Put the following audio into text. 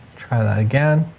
try that again.